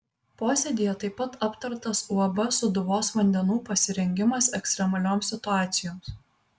posėdyje taip pat aptartas uab sūduvos vandenų pasirengimas ekstremalioms situacijoms